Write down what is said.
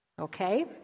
Okay